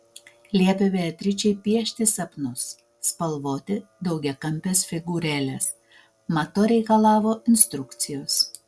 liepė beatričei piešti sapnus spalvoti daugiakampes figūrėles mat to reikalavo instrukcijos